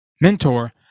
mentor